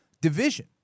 division